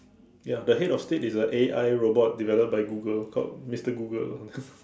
ya the head of state is a A_I robot developed by Google called Mister Google